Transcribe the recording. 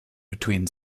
between